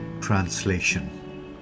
Translation